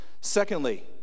Secondly